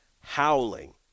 howling